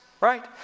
Right